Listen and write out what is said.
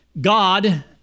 God